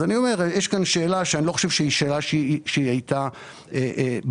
אני אומר שיש כאן שאלה שאני לא חושב שהיא שאלה שהייתה במקום.